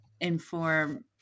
inform